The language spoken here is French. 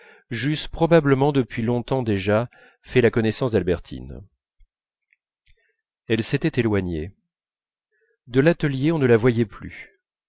j'eusse probablement depuis longtemps déjà fait la connaissance d'albertine elle s'était éloignée de l'atelier on ne la voyait plus